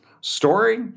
story